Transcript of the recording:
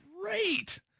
great